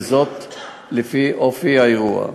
לפי אופי האירוע.